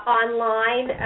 online